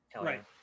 right